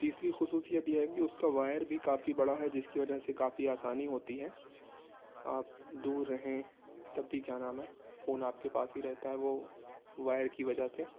تیسری خصوصیت یہ ہے کہ اس کا وائر بھی کافی بڑا ہے جس کی وجہ سے کافی آسانی ہوتی ہے آپ دور رہیں تب بھی کیا نام ہے فون آپ کے پاس ہی رہتا ہے وہ وائر کی وجہ سے